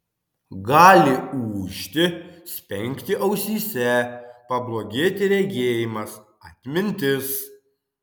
gali ūžti spengti ausyse pablogėti regėjimas atmintis